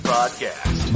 Podcast